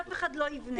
אף אחד לא יבנה.